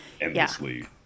endlessly